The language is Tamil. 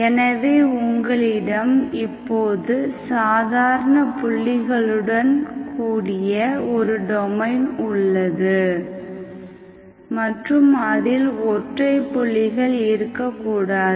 எனவே உங்களிடம் இப்போது சாதாரண புள்ளிகளுடன் கூடிய ஒரு டொமைன் உள்ளது மற்றும் அதில் ஒற்றை புள்ளிகள் இருக்க கூடாது